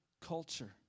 culture